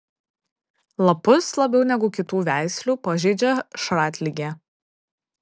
lapus labiau negu kitų veislių pažeidžia šratligė